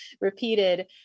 repeated